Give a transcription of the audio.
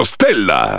Stella